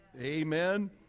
Amen